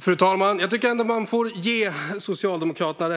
Fru talman! Jag tycker ändå att Socialdemokraterna